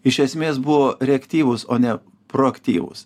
iš esmės buvo reaktyvus o ne proaktyvus